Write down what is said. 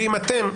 ואם אתם,